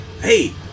Hey